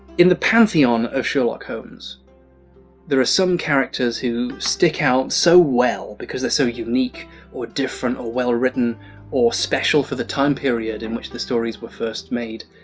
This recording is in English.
in the pantheon of sherlock holmes there are some characters who stick out so well because they're so unique or different or well written or special for the time period in which the stories were first made.